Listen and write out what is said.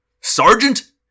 Sergeant